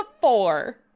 four